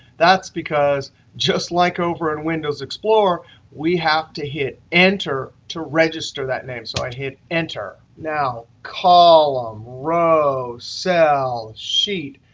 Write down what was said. that's because just like over in windows explorer we have to hit enter to register that name. so i and hit enter. now column, row, cell, sheet.